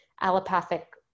Allopathic